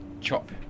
chop